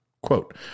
Quote